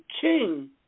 king